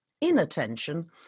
inattention